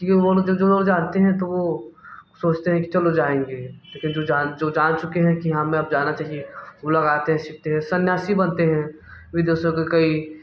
क्योंकि उन्होंने जो जो वो जानते हैं तो वो सोचते हैं कि चलो जाएँगे लेकिन जो जान जो जान चुके हैं कि हमें अब जाना चाहिए वो लोग आते हैं सीखते हैं सन्यासी बनते हैं विदेशों के कई